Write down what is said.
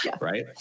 right